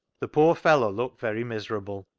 the poor fellow looked very miserable,